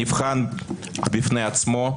נבחן בפני עצמו,